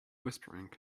whispering